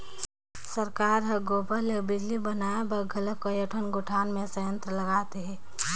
सरकार हर गोबर ले बिजली बनाए बर घलो कयोठन गोठान मे संयंत्र लगात हे